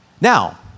Now